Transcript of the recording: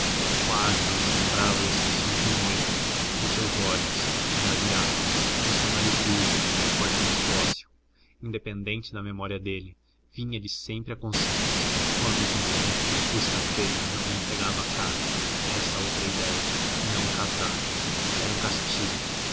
quase não se lembrava das feições do noivo dos seus olhos esgazeados do seu nariz duro e fortemente ósseo independente da memória dele vinha-lhe sempre à consciência quando de manhã o estafeta não lhe entregava carta essa outra idéia não casar era um castigo